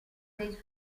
dei